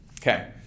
okay